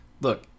Look